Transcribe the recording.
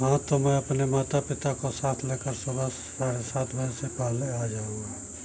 हाँ तो मैं अपने माता पिता को साथ लेकर सुबह साढ़े सात बजे से पहले आ जाऊँगा